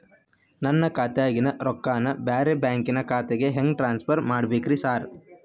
ನನ್ನ ಖಾತ್ಯಾಗಿನ ರೊಕ್ಕಾನ ಬ್ಯಾರೆ ಬ್ಯಾಂಕಿನ ಖಾತೆಗೆ ಹೆಂಗ್ ಟ್ರಾನ್ಸ್ ಪರ್ ಮಾಡ್ಬೇಕ್ರಿ ಸಾರ್?